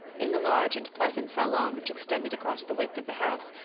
in the large and pleasant salon which extended across the width of the house,